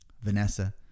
Vanessa